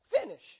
Finish